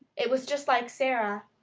it was just like sara,